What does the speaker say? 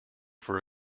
for